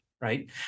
right